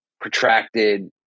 protracted